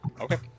Okay